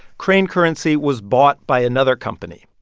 crane currency was bought by another company.